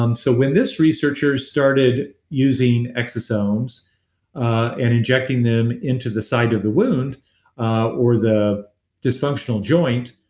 um so when this researcher started using exosomes and injecting them into the site of the wound or the dysfunctional joint,